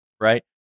right